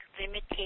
limitation